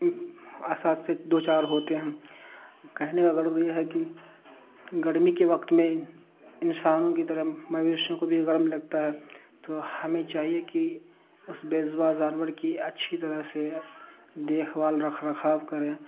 اسات سے دو چار ہوتے ہیں کہنے کاغگرض یہ ہے کہ گرمی کے وقت میں انسانوں کی طرح مویشوں کو بھی گرم لگتا ہے تو ہمیں چاہیے کہ اس بیزبا جانور کی اچھی طرح سے دیکھ بھال رکھ رکھاو کریں